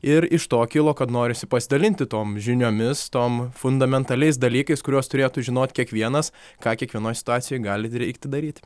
ir iš to kilo kad norisi pasidalinti tom žiniomis tom fundamentaliais dalykais kuriuos turėtų žinoti kiekvienas ką kiekvienoj situacijoj gali reikti daryti